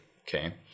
okay